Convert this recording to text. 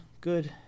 good